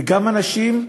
וגם אנשים,